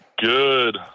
Good